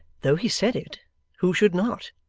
though he said it who should not,